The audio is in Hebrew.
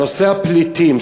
נושא הפליטים,